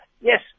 yes